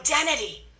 identity